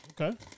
Okay